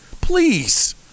Please